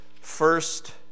first